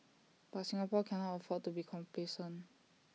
but Singapore can't afford to be complacent